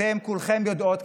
אתן כולכן יודעות,